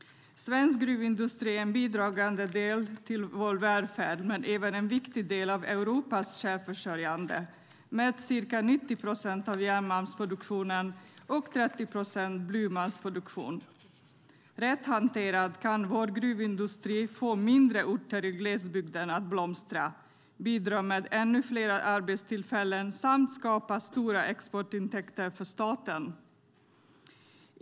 Svensk gruvindustri är en bidragande del till vår välfärd men även en viktig del av Europas självförsörjande, med ca 90 procent av järnmalmsproduktionen och 30 procent av blymalmsproduktionen. Rätt hanterad kan vår gruvindustri få mindre orter i glesbygden att blomstra, bidra med ännu fler arbetstillfällen samt skapa stora exportintäkter för staten.